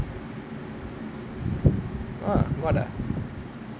!huh! got ah